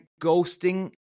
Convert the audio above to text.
ghosting